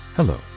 Hello